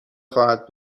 خواهد